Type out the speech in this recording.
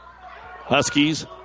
Huskies